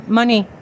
money